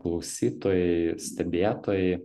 klausytojai stebėtojai